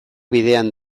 bidean